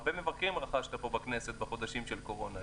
הרבה מבקרים רכשת פה בכנסת בחודשים של הקורונה,